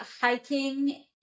hiking